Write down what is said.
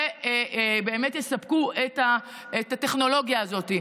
שבאמת יספקו את הטכנולוגיה הזאת.